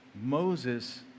Moses